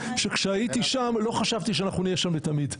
שכשהייתי שם לא חשבתי שאנחנו נהיה שם לתמיד.